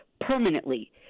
permanently